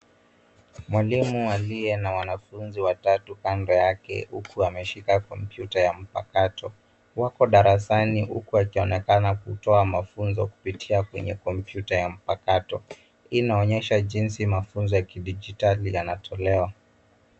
Mwalimu aliye na wanafunzi watatu kando yake huku ameshika kompyuta ya mpakato, wako darasani huku akionekana kutoa mafunzo kupitia kwenye kompyuta ya mpakato. Hii inaonyesha jinsi mafunzo ya kidijitali yanatolewa.